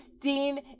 Dean